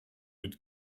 mit